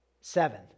seven